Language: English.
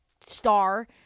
star